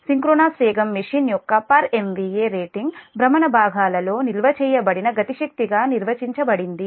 synchronous వేగం machine యొక్క per MVA rating భ్రమణ భాగాలలో నిల్వ చేయబడిన గతి శక్తిగా నిర్వచించబడింది